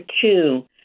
two